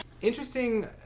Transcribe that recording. Interesting